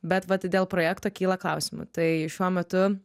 bet vat dėl projekto kyla klausimų tai šiuo metu